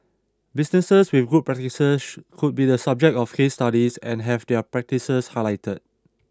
businesses with good practices could be the subject of case studies and have their practices highlighted